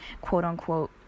quote-unquote